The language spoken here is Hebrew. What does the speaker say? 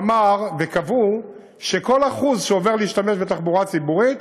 הוא אמר וקבעו שכל 1% שעובר להשתמש בתחבורה ציבורית